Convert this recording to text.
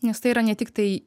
nes tai yra ne tiktai